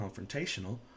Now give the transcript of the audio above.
confrontational